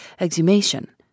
exhumation